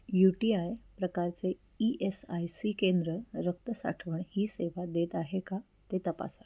you T I प्रकारचे E S I C केंद्र रक्त साठवण ही सेवा देत आहे का ते तपासा